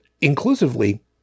inclusively